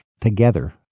together